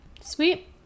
sweet